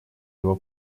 его